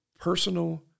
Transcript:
personal